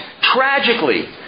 tragically